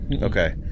Okay